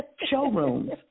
showrooms